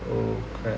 oh crap